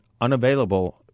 unavailable